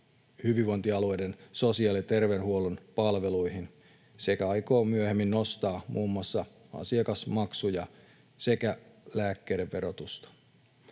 hyvinvointialueiden sosiaali- ja terveydenhuollon palveluihin sekä aikoo myöhemmin nostaa muun muassa asiakasmaksuja sekä lääkkeiden verotusta.